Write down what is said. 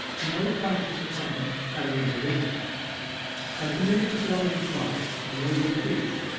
no occurrence of the kind having intervened as the minutes glided by the noise increased,